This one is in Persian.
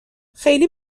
خیلی